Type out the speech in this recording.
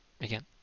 again